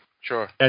Sure